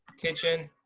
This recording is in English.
kitchen,